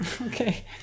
okay